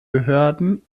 behörden